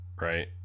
right